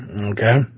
Okay